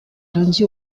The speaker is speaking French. lundi